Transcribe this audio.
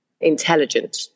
intelligent